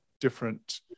different